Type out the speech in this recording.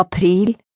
April